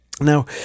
Now